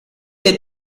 der